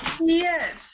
Yes